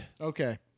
Okay